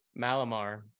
Malamar